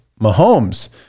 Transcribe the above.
Mahomes